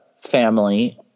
family